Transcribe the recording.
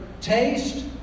taste